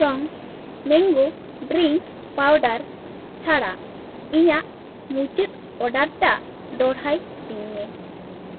ᱴᱚᱢ mango drink powder ᱪᱷᱟᱲᱟ ᱤᱧᱟ ᱜ ᱢᱩᱪᱟᱹᱫ ᱚᱰᱟᱨ ᱴᱟᱜ ᱫᱚᱲᱦᱟᱭ ᱛᱤᱧ ᱢᱮ